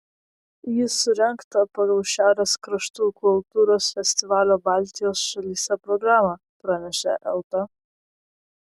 ji surengta pagal šiaurės kraštų kultūros festivalio baltijos šalyse programą praneša elta